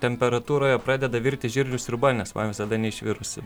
temperatūroje pradeda virti žirnių sriuba nes man visada neišvirusi